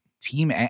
team